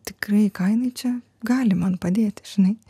tikrai ką jinai čia gali man padėti žinai